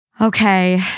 Okay